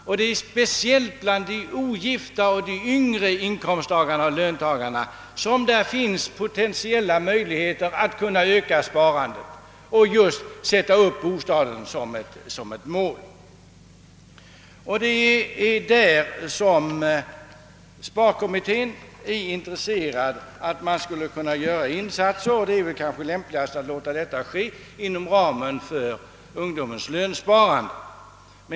Och det är speciellt bland de ogifta och de yngre löntagarna som det finns potentiella möjligheter att öka sparandet genom att just sätta upp bostaden som sparmål. Det är också där som sparkommittén är intresserad av att göra insatser, vilka lämpligen torde ske inom ramen för ungdomens lönsparande.